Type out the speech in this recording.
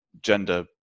gender